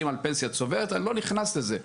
על פנסיה צוברת ואני לא נכנס לזה,